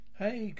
hey